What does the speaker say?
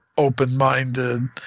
open-minded